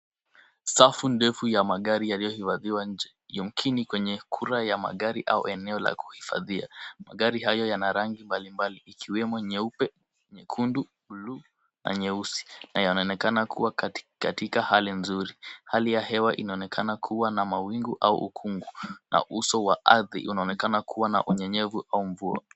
Safu ndefu ya magari yaliyohifadhiwa nje yamkini kwenye kura ya magari au eneo la kuhifadhia. Magari hayo yana rangi mbalimbali ikiwemo nyeupe, nyekundu, bluu na nyeusi na yanaonekana kuwa katika hali nzuri. Hali ya hewa inaonekana kuwa na mawingu au ukungu na uso wa ardhi unaonekana kuwa na unyenyevu au mvua.